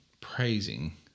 praising